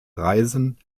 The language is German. reisen